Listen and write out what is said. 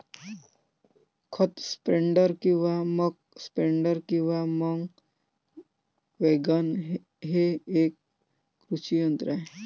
खत स्प्रेडर किंवा muck spreader किंवा मध वॅगन हे एक कृषी यंत्र आहे